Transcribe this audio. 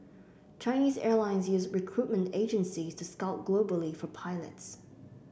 Chinese Airlines use recruitment agencies to scout globally for pilots